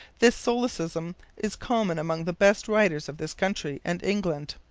this solecism is common among the best writers of this country and england.